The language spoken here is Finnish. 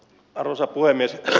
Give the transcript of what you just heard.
arvoisa puhemies